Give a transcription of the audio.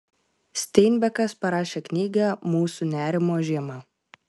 steinbekas parašė knygą mūsų nerimo žiema